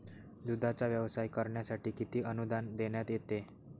दूधाचा व्यवसाय करण्यासाठी किती अनुदान देण्यात येते?